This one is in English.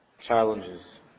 challenges